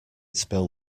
spill